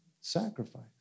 sacrifice